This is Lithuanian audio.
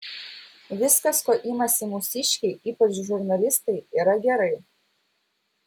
viskas ko imasi mūsiškiai ypač žurnalistai yra gerai